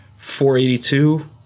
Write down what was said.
482